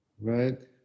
right